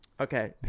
Okay